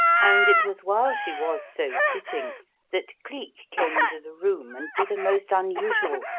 and it was while she was so sitting that cleek came into the room and did a most unusual,